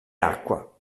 acqua